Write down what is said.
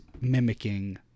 mimicking